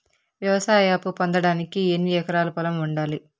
వ్యవసాయ అప్పు పొందడానికి ఎన్ని ఎకరాల పొలం ఉండాలి?